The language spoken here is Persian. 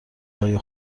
های